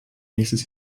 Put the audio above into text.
nächstes